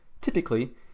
typically